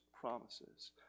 promises